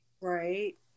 Right